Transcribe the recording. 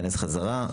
(הישיבה נפסקה בשעה 12:50 ונתחדשה בשעה 13:00.) חזרנו.